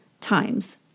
times